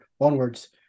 Onwards